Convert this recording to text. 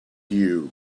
you